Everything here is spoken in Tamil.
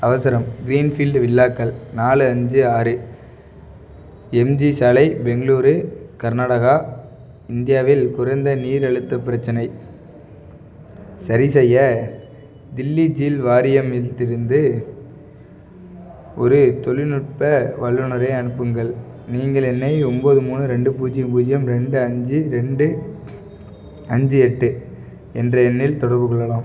அவசரம் க்ரீன்ஃபீல்டு வில்லாக்கள் நாலு அஞ்சு ஆறு எம்ஜி சாலை பெங்களூரு கர்நாடகா இந்தியாவில் குறைந்த நீர் அழுத்த பிரச்சினை சரி செய்ய தில்லி ஜில் வாரியம்த்திருந்து ஒரு தொலில்நுட்ப வல்லுநரை அனுப்புங்கள் நீங்கள் என்னை ஒன்போது மூணு ரெண்டு பூஜ்யம் பூஜ்யம் ரெண்டு அஞ்சு ரெண்டு அஞ்சு எட்டு என்ற எண்ணில் தொடர்பு கொள்ளலாம்